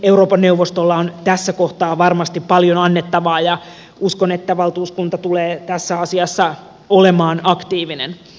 euroopan neuvostolla on tässä kohtaa varmasti paljon annettavaa ja uskon että valtuuskunta tulee tässä asiassa olemaan aktiivinen